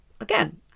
again